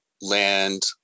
land